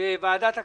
בוועדת הכספים,